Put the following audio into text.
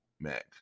Mac